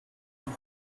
cool